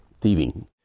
thieving